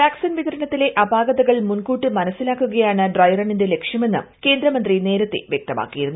vaccine വിതരണത്തിലെ അപാകതകൾ മുൻകൂട്ടി മനസ്സിലാക്കുകയാണ് ഡ്രൈ റണ്ണിന്റെ ലക്ഷ്യമെന്ന് കേന്ദ്ര മന്ത്രി നേരത്തെ വൃക്തമാക്കിയിരുന്നു